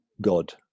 God